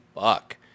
fuck